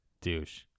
Douche